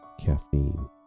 caffeine